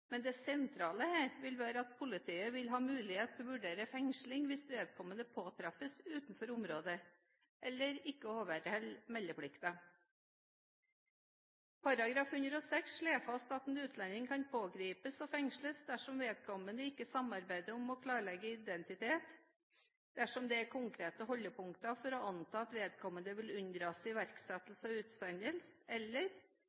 men det sentrale her vil være at politiet vil ha mulighet til å vurdere fengsling hvis vedkommende påtreffes utenfor området, eller ikke overholder meldeplikten. § 106 slår fast at en utlending kan pågripes og fengsles dersom vedkommende ikke samarbeider om å klarlegge sin identitet, dersom det er konkrete holdepunkter for å anta at vedkommende vil